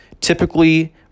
typically